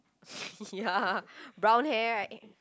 ya brown hair right